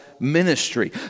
Ministry